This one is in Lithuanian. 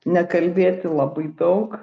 nekalbėti labai daug